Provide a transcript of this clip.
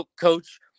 coach